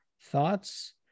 thoughts